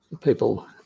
People